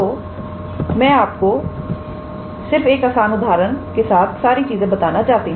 तो मैं आपको सिर्फ एक आसान उदाहरण के साथ सारी चीजें बताना चाहती